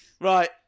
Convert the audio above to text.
Right